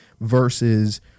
versus